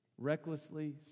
recklessly